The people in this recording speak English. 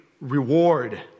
reward